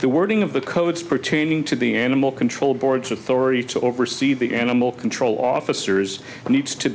the wording of the codes pertaining to the animal control board's authority to oversee the animal control officers needs to